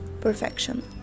perfection